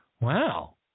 Wow